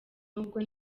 nubwo